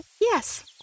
yes